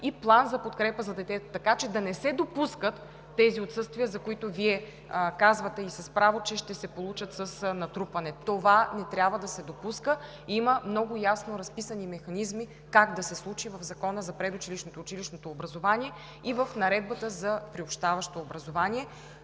план за подкрепа за детето, така че да не се допускат тези отсъствия, за които Вие казвате с право, че ще се получат с натрупване. Това не трябва да се допуска. Има много ясно разписани механизми в Закона за предучилищното и училищното образование и в Наредбата за приобщаващо образование